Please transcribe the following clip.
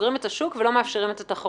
סוגרים את השוק ולא מאפשרים את התחרות.